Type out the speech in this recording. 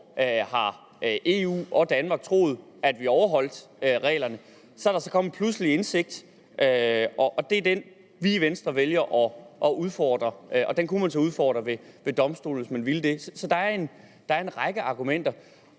og Danmark i 20 år har troet, at vi overholdt reglerne. Så er der så kommet en pludselig indsigt, og det er den, vi i Venstre vælger at udfordre, og den kunne man så udfordre ved Domstolen, hvis man ville det. Så der er en række argumenter.